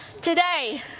today